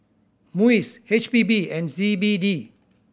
MUIS H P B and C B D